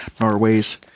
Norway's